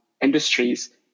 industries